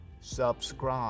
Subscribe